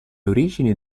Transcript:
origini